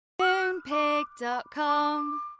Moonpig.com